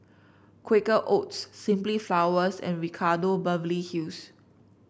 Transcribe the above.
Quaker Oats Simply Flowers and Ricardo Beverly Hills